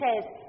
says